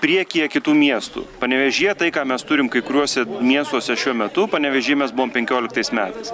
priekyje kitų miestų panevėžyje tai ką mes turim kai kuriuose miestuose šiuo metu panevėžy mes buvom penkioliktais metais